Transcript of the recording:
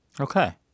Okay